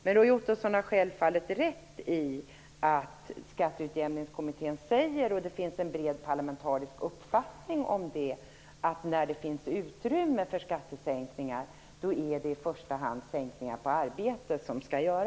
Men Roy Ottosson har självfallet rätt i att Skatteutjämningskommittén säger att när det finns utrymme för skattesänkningar är det i första hand skatten på arbete man skall sänka. Det finns också en bred parlamentarisk uppfattning om det.